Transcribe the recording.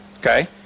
okay